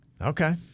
Okay